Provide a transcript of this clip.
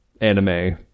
anime